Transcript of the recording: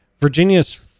Virginia's